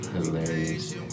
hilarious